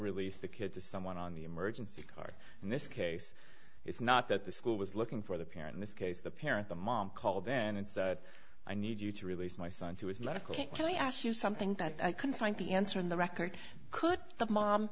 release the kid to someone on the emergency car in this case it's not that the school was looking for the peer in this case the parent the mom called then and said i need you to release my son to his medical me ask you something that i can find the answer in the record could the mom